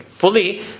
fully